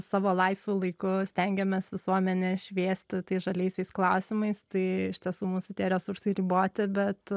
savo laisvu laiku stengiamės visuomenę šviesti tai žaliaisiais klausimais tai iš tiesų mūsų tie resursai riboti bet